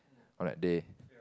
on that day